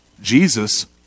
Jesus